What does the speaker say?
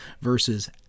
versus